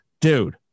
dude